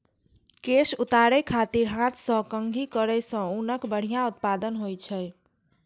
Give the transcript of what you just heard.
केश उतारै खातिर हाथ सं कंघी करै सं ऊनक बढ़िया उत्पादन होइ छै